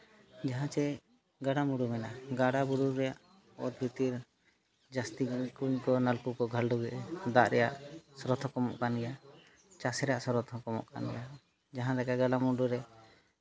ᱡᱟᱦᱟᱸ ᱪᱮ ᱜᱟᱰᱟᱼᱢᱩᱰᱩ ᱢᱮᱱᱟᱜᱼᱟ ᱜᱟᱰᱟᱼᱵᱩᱨᱩ ᱨᱮ ᱚᱛ ᱵᱷᱤᱛᱤᱨ ᱡᱟᱹᱥᱛᱤ ᱠᱩᱧ ᱠᱚ ᱱᱚᱞᱠᱩᱯ ᱠᱚ ᱜᱷᱟᱰᱞᱟᱜ ᱮᱫᱟ ᱫᱟᱜ ᱨᱮᱭᱟᱜ ᱥᱨᱳᱛ ᱦᱚᱸ ᱠᱚᱢᱚᱜ ᱠᱟᱱ ᱜᱮᱭᱟ ᱪᱟᱥ ᱨᱮᱭᱟᱜ ᱥᱚᱨᱚᱛ ᱦᱚᱸ ᱠᱚᱢᱚᱜ ᱠᱟᱱ ᱜᱮᱭᱟ ᱡᱟᱦᱟᱸ ᱞᱮᱠᱟ ᱜᱟᱰᱟᱼᱢᱩᱰᱩ ᱨᱮ